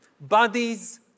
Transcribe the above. bodies